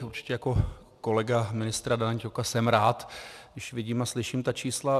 Určitě jako kolega ministra Dana Ťoka jsem rád, když vidím a slyším ta čísla.